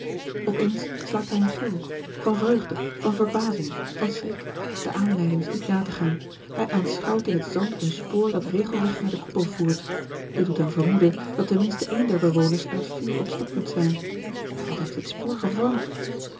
eens slaakt hij een gil van vreugde van verbazing van schrik de aanleiding is niet na te gaan hij aanschouwt in het zand een spoor dat regelregt naar den koepel voert dit doet hem vermoeden dat ten minste een der bewoners aan het vuur ontsnapt moet zijn maar wat heeft dit spoor gevormd